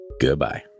Goodbye